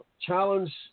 challenge